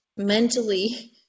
mentally